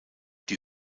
die